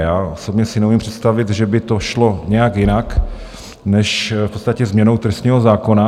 Já osobně si neumím představit, že by to šlo nějak jinak než v podstatě změnou trestního zákona.